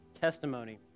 testimony